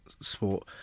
sport